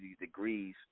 degrees